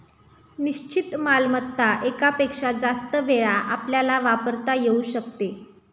निश्चित मालमत्ता एकापेक्षा जास्त वेळा आपल्याला वापरता येऊ शकते